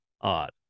odd